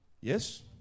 Yes